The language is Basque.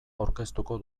aurkeztuko